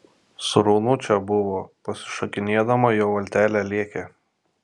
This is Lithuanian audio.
sraunu čia buvo pasišokinėdama jo valtelė lėkė